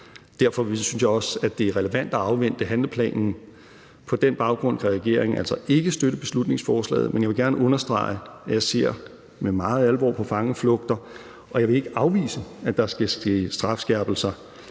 Derfor synes jeg også, at det er relevant at afvente handlingsplanen. På den baggrund kan regeringen altså ikke støtte beslutningsforslaget, men jeg vil gerne understrege, at jeg ser med stor alvor på fangeflugter, og jeg vil ikke afvise, at der skal ske strafskærpelser.